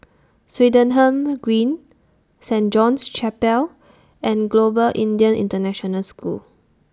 Swettenham Green Saint John's Chapel and Global Indian International School